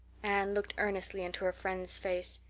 anne looked earnestly into her friend's face.